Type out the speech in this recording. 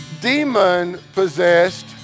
demon-possessed